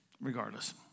regardless